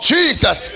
Jesus